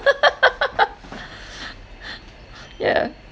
yeah